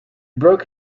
broke